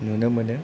नुनो मोनो